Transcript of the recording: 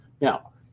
Now